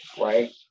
right